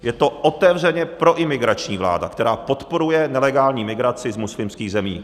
Je to otevřeně proimigrační vláda, která podporuje nelegální migraci z muslimských zemí.